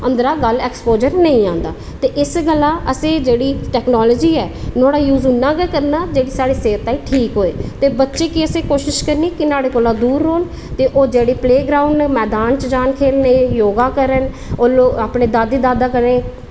अंदरा गल्ल एक्सपोज़र नेईं आंदा ते इस गल्ला असेंगी जेह्ड़ी टेक्नोलॉज़ी ऐ नुहाड़ा यूज़ इन्ना गै करना जेह्ड़ी साढ़ी सेह्त ताहीं ठीक होऐ ते बच्चें गी असें कोशिश करनी की न्हाड़े कोला दूर रौह्न ते ओह् जेह्ड़े प्ले ग्राऊंड च जान मैदान च जान ते योगा करन होर लोग बद्ध कोला बद्ध कन्नै